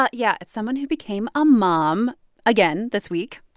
ah yeah. someone who became a mom again, this week